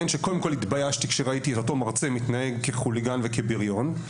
שקודם כל התביישתי שראיתי את אותו מרצה מתנהג כחוליגן וכבריון,